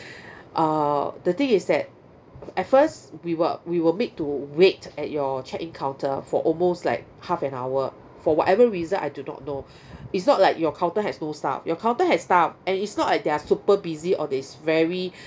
err the thing is that at first we were we were make to wait at your check in counter for almost like half an hour for whatever reason I do not know it's not like your counter has no staff your counter has staff and it's not like they're super busy or it's very